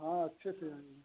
हाँ अच्छे से आएँगे